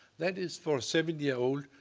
that is, for a seven year old,